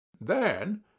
Then